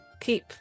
keep